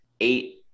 eight